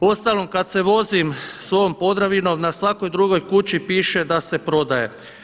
Uostalom kada se vozim svojom Podravinom na svakoj drugoj kući piše da se prodaje.